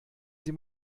sie